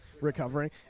recovering